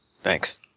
Thanks